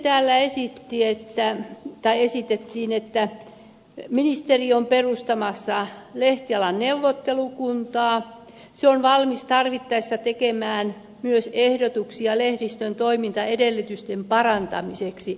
täällä esitettiin että ministeri on perustamassa lehtialan neuvottelukuntaa ja se on valmis tarvittaessa tekemään myös ehdotuksia lehdistön toimintaedellytysten parantamiseksi